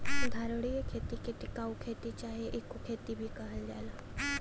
धारणीय खेती के टिकाऊ खेती चाहे इको खेती भी कहल जाला